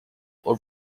over